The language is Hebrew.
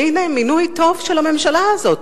והנה, מינוי טוב של הממשלה הזאת.